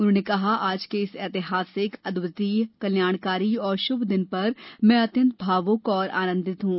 उन्होंने कहा आज के इस ऐतिहासिक अद्वितीय कल्याणकारी और शुभ दिन पर मैं अत्यंत भावुक और आनंदित हूं